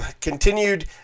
continued